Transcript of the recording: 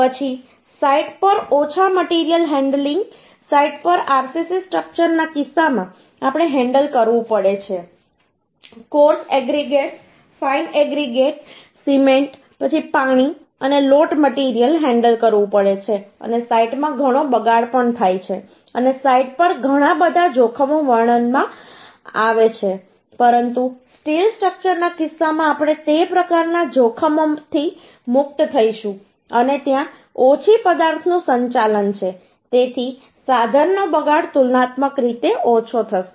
પછી સાઈટ પર ઓછા મટીરીયલ હેન્ડલિંગ સાઈટ પર આરસીસી સ્ટ્રક્ચરના કિસ્સામાં આપણે હેન્ડલ કરવું પડે છે coarse aggregate fine aggregate cement પછી પાણી અને લોટ મટીરીયલ હેન્ડલ કરવું પડે છે અને સાઈટમાં ઘણો બગાડ પણ થાય છે અને સાઇટ પર ઘણા બધા જોખમો વર્ણનમાં આવે છે પરંતુ સ્ટીલ સ્ટ્રક્ચરના કિસ્સામાં આપણે તે પ્રકારના જોખમોથી મુક્ત થઈશું અને ત્યાં ઓછી પદાર્થનું સંચાલન છે તેથી સાધનનો બગાડ તુલનાત્મક રીતે ઓછો થશે